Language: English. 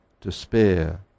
despair